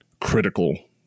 critical